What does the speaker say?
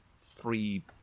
three